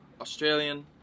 Australian